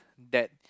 that